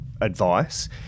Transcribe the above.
advice